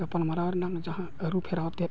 ᱜᱟᱯᱟᱞᱼᱢᱟᱨᱟᱣ ᱨᱮᱱᱟᱜ ᱡᱟᱦᱟᱸ ᱟᱹᱨᱩᱯᱷᱮᱨᱟᱣ ᱛᱮᱫ